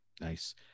nice